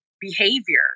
behavior